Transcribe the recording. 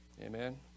Amen